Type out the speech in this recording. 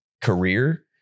career